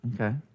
Okay